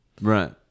right